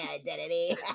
identity